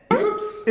oops. ew,